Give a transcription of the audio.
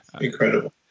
incredible